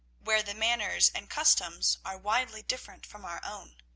where the manners and customs are widely different from our own.